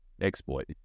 exploit